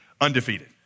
undefeated